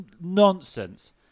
nonsense